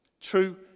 True